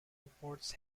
reports